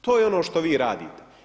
To je ono što vi radite.